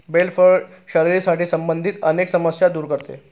bell फळ शरीराशी संबंधित अनेक समस्या दूर करते